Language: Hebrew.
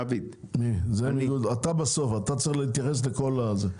אתה בסוף, אתה צריך להתייחס לכל הדיון.